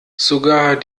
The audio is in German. sogar